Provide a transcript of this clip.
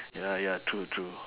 ya ya true true